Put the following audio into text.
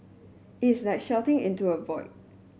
it's like shouting into a void